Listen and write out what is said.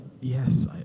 yes